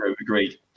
Agreed